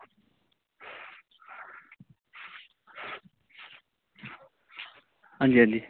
आं जी आं जी